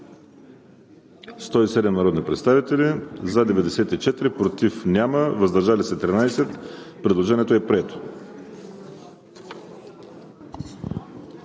107 народни представители: за 94, против няма, въздържали се 13. Предложението е прието.